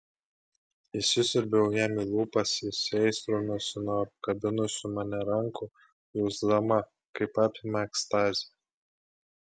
įsisiurbiau jam į lūpas įsiaistrinusi nuo apkabinusių mane rankų jausdama kaip apima ekstazė